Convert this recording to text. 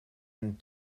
and